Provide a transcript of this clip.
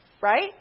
Right